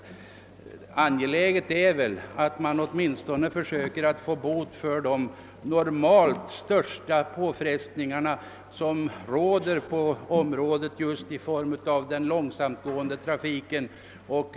Det är emellertid angeläget att man åtminstone försöker råda bot på de normalt största påfrestningarna som istadkommes av den långsamtgående trafiken.